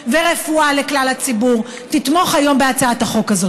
ורפואה לכלל הציבור: תתמוך היום בהצעת החוק הזאת.